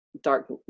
dark